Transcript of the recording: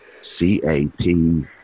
C-A-T